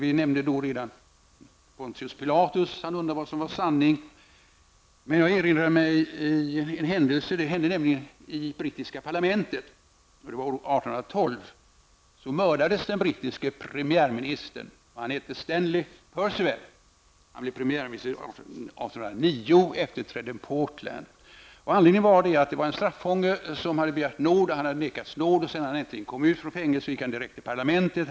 I debatten förra året nämndes Pontus Pilatus -- han undrade ju vad som är sanning. Jag erinrade mig en händelse i brittiska parlamentet år 1812. Då mördades den brittiske premiärministern Spencer Perceval. Han blev premiärminister år 1809 då han efterträdde Portland. En straffånge som hade vägrats nåd gick direkt efter det han kom ut från fängelset till parlamentet.